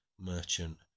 merchant